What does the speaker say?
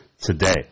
today